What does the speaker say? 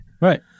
Right